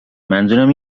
منظورم